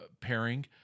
pairing